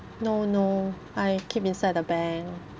no no I keep inside the bank